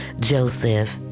Joseph